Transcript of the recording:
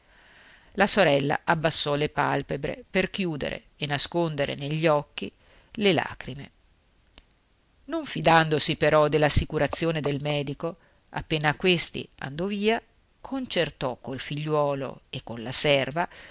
la sorella abbassò le palpebre per chiudere e nascondere negli occhi le lagrime non fidandosi però dell'assicurazione del medico appena questi andò via concertò col figliuolo e con la serva